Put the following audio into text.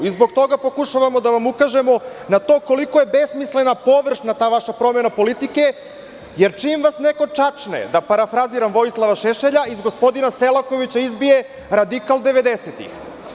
Zbog toga pokušavamo da vam ukažemo na to koliko je besmislena, površna ta vaša promena politike, jer čim vas neko čačne, da parafraziram Vojislava Šešelja, iz gospodina Selakovića izbije radikal 90-ih.